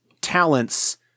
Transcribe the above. talents